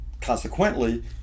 consequently